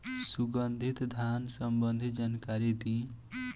सुगंधित धान संबंधित जानकारी दी?